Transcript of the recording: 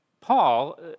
Paul